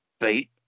beat